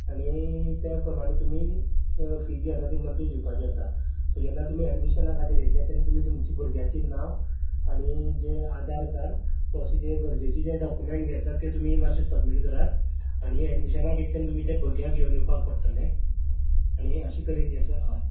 आनीक त्या प्रमाणें तुमी ज्यो फी जी आसात ती मंथली दिवपाचें आसा सो जेन्ना तुमी एडमिशनां खातीर येतले तेन्ना तुमी तुमचें भुरग्याचीं नांव आनी जें आधार कार्ड सो अशें जें गरजेचें डोक्युमेन्ट जें आसात तें तुमी मात्शें सब्मिट करात आनी एडमिशनाक येता तेन्ना तुमी ते भुरग्याक घेवन येवपाक पडटलें आनी अशें तरेन जें आसा हय